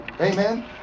Amen